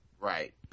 Right